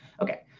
Okay